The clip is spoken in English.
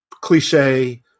cliche